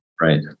Right